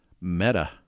meta